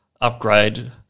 upgrade